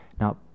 now